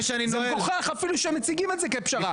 זה מגוחך אפילו שמציגים את זה כפשרה.